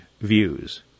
views